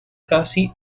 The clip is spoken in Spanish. casi